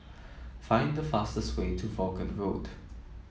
find the fastest way to Vaughan Road